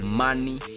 money